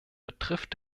betrifft